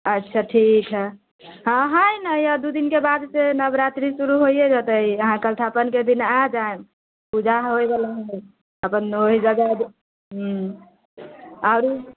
अच्छा ठीक हइ हँ हइ ने ई दू दिनके बादसँ नवरात्रि शुरू होइए जेतै अहाँ कलश स्थापनके दिन आ जायब पूजा होयवला हइ अपन ओहि जगह अब ह्म्म आरु